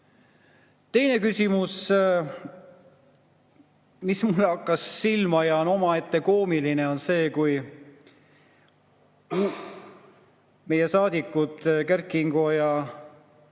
Teine küsimus, mis mulle hakkas silma ja on omaette koomiline, on see, kui meie saadikud Kert Kingo ja